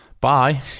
Bye